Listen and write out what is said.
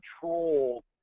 control